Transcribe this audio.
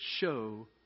show